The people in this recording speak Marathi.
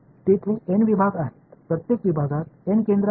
तेथे एन विभाग आहेत प्रत्येक विभागात एक केंद्र आहे